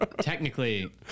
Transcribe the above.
technically